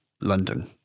london